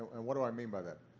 and what do i mean by that?